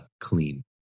clean